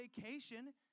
vacation